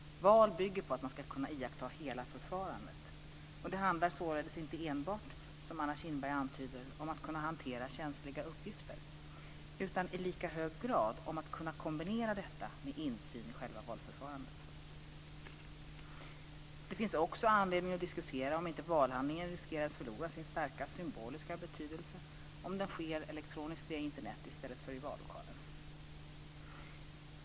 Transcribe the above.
Val bygger på att man ska kunna iaktta hela förfarandet. Det handlar således inte enbart, som Anna Kinberg antyder, om att kunna hantera känsliga uppgifter, utan i lika hög grad om att kunna kombinera detta med insyn i själva valförfarandet. Det finns också anledning att diskutera om inte valhandlingen riskerar att förlora sin starka symboliska betydelse om den sker elektroniskt via Internet i stället för i vallokalen.